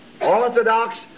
orthodox